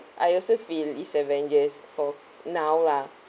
I also feel is avengers for now lah